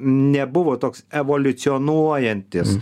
nebuvo toks evoliucionuojantis